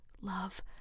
Love